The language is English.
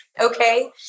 okay